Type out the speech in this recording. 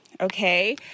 Okay